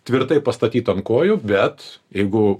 tvirtai pastatyt ant kojų bet jeigu